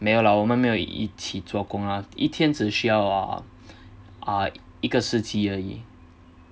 没有啦我们没有一起做个啦一天只需要啊一个时期而已